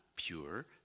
pure